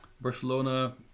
Barcelona